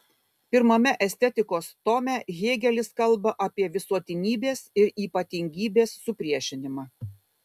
pirmame estetikos tome hėgelis kalba apie visuotinybės ir ypatingybės supriešinimą